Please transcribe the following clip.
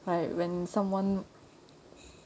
right when someone